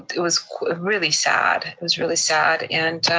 it was really sad. it was really sad. and,